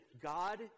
God